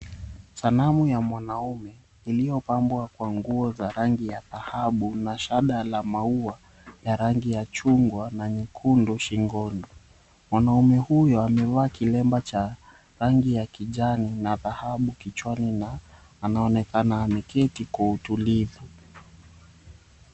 Sanamu ya mwanaume, iliyopambwa kwa nguo za rangi ya dhahabu na shada la maua na rangi ya chungwa na nyekundu shingoni. Mwanaume huyo amevaa kilemba cha rangi ya kijani na dhahabu kichwani na anaonekana ameketi kwa utulivu.